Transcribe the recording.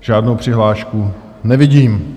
Žádnou přihlášku nevidím.